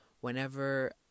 whenever